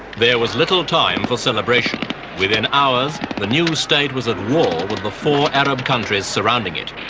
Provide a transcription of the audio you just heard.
there was little time for celebration within hours the new state was at war with the four arab countries surrounding it.